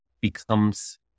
becomes